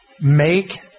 Make